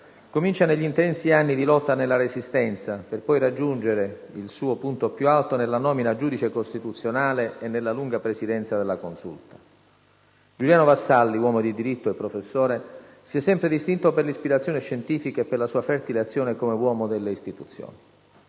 comincia negli intensi anni di lotta nella Resistenza, per poi raggiungere il suo punto più alto nella nomina a giudice costituzionale e nella presidenza della Consulta. Giuliano Vassalli, uomo di diritto e professore, si è sempre distinto per l'ispirazione scientifica e per la sua fertile azione come uomo delle istituzioni,